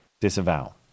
disavow